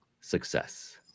success